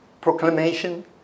proclamation